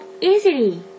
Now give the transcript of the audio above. easily